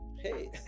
hey